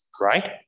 right